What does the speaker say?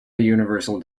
universal